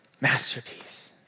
Masterpiece